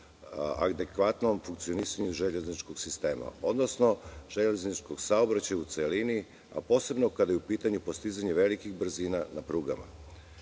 adekvatnom funkcionisanju železničkog sistema, odnosno železničkog saobraćaja u celini a posebno kada je u pitanju postizanje velikih brzina na prugama.